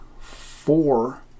four